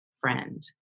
friend